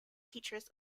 teachers